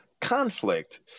conflict